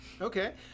okay